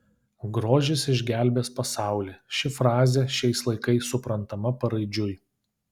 grožis išgelbės pasaulį ši frazė šiais laikais suprantama paraidžiui